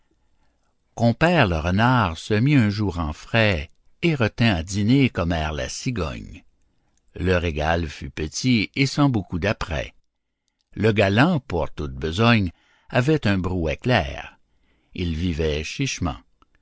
compère le renard se mit un jour en frais et retint à dîner commère la cigogne le régal fut petit et sans beaucoup d'apprêts le galant pour toute besogne avait un brouet clair il vivait